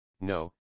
no